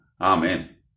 Amen